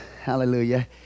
Hallelujah